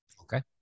Okay